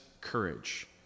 courage